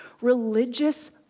religious